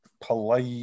polite